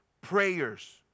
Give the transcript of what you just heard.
prayers